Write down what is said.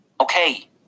Okay